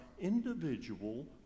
individual